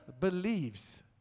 believes